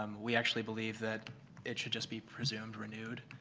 um we actually believe that it should just be presumed renewed,